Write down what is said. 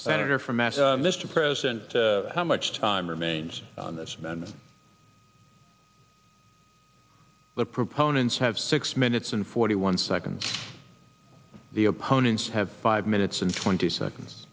senator from mass mr president how much time remains on this many the proponents have six minutes and forty one seconds the opponents have five minutes and twenty seconds